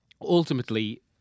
ultimately